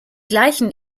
gleichen